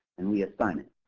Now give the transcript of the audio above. and we assign it.